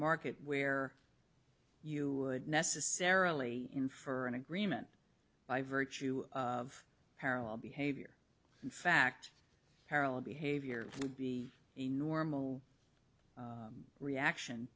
market where you would necessarily in for an agreement by virtue of parallel behavior in fact parallel behavior would be a normal reaction